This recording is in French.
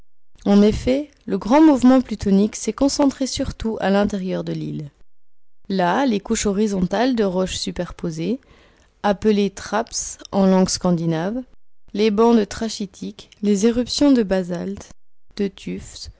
en effet le grand mouvement plutonique s'est concentré surtout à l'intérieur de l'île là les couches horizontales de roches superposées appelées trapps en langue scandinave les bandes trachytiques les éruptions de basalte de tufs